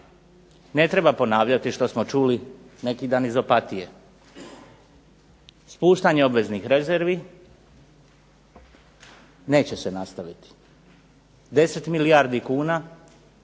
Ne treba ponavljati što smo čuli neki dan iz Opatije. Spuštanje obveznih rezervi neće se nastaviti, 10 milijardi kuna